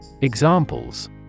Examples